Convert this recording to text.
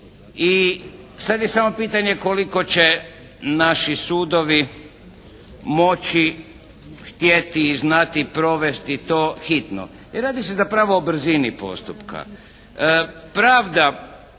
Sad je samo pitanje koliko će naši sudovi moći, htjeti i znati provesti to hitno. I radi se zapravo o brzini postupka. Pravda,